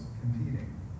competing